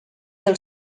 del